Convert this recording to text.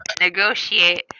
negotiate